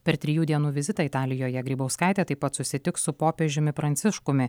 per trijų dienų vizitą italijoje grybauskaitė taip pat susitiks su popiežiumi pranciškumi